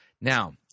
Now